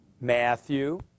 Matthew